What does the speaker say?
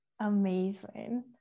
amazing